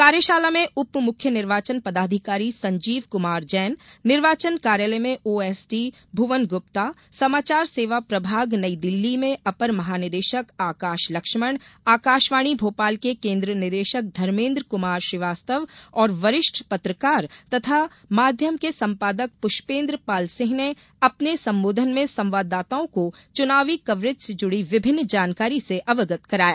कार्यशाला में उप मुख्य निर्वाचन पदाधिकारी संजीव कुमार जैन निर्वाचन कार्यालय में ओएसडी भुवन गुप्ता समाचार सेवा प्रभोग नई दिल्ली मे अपर महानिदेशक आकाश लक्ष्मण आकाशवाणी भोपाल के केन्द्र निदेशक धर्मेन्द्र कुमार श्रीवास्तव और वरिष्ठ पत्रकार तथा माध्यम के संपादक पुष्पेन्द्र पाल सिंह ने अपने संबोधन में संवाददाताओं को चुनावी कवरेज से जुड़ी विभिन्न जानकारी से अवगत कराया